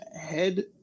head –